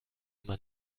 immer